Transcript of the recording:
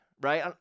right